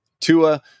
Tua